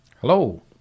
Hello